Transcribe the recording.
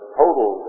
total